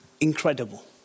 incredible